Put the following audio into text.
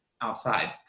outside